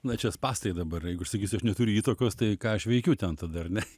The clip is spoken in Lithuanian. na čia spąstai dabar jeigu aš sakysiu aš neturiu įtakos tai ką aš veikiu ten tada ar ne